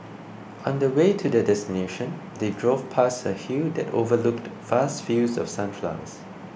on the way to their destination they drove past a hill that overlooked vast fields of sunflowers